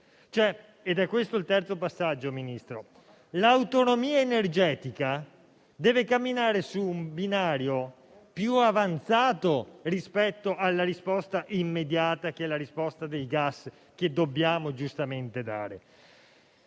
tutto. Vado al terzo passaggio, signor Ministro. L'autonomia energetica deve camminare su un binario più avanzato rispetto alla risposta immediata - quella del gas - che dobbiamo giustamente dare.